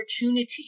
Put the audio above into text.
opportunity